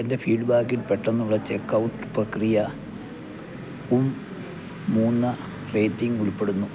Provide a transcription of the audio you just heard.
എൻ്റെ ഫീഡ്ബാക്കിൽ പെട്ടെന്നുള്ള ചെക്ക് ഔട്ട് പ്രക്രിയ ഉം മൂന്ന് റേറ്റിങ് ഉൾപ്പെടുന്നു